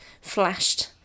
flashed